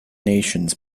nations